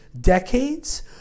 decades